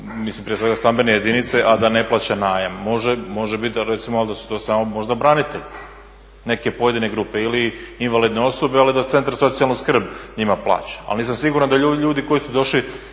mislim prije svega stambene jedinice, a da ne plaća najam. Može biti ali recimo da su to samo branitelji neke pojedine grupe ili invalidne osobe, ali da centar za socijalnu skrb njima plaća. Ali nisam siguran da ljudi koji su došli